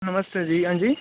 नमस्ते जी हांजी